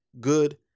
good